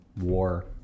war